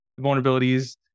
vulnerabilities